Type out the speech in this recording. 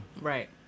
Right